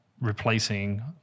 replacing